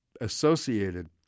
associated